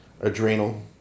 adrenal